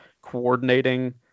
coordinating